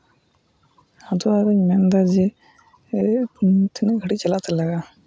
ᱟᱫᱚ ᱟᱫᱚᱧ ᱢᱮᱱᱫᱟ ᱡᱮ ᱛᱤᱱᱟᱹᱜ ᱜᱷᱟᱹᱲᱤᱡ ᱪᱟᱞᱟᱜ ᱛᱮ ᱞᱟᱜᱟᱜᱼᱟ